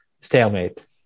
stalemate